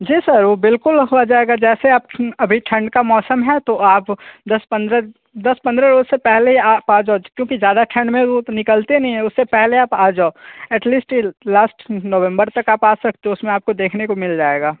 जी sir वो बिल्कुल हुआ जाएगा जैसे आप अभी ठण्ड का मौसम है तो आप दस पंद्रह दस पंद्रह रोज़ से पहले ही आप आ जाओ क्योंकि ज़्यादा ठंड में वो तो निकलते नहीं है उससे पहले आप आ जाओ at least till last November तक आप आ सकते हो उसमें आप को देखने को मिल जाएगा